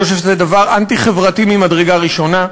אני חושב שזה דבר אנטי-חברתי ממדרגה ראשונה,